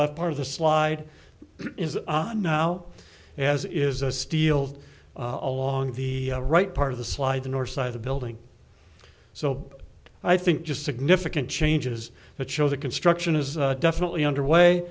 left part of the slide is on now as is a steel along the right part of the slide the north side of the building so i think just significant changes that show that construction is definitely underway